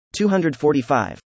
245